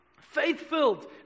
faith-filled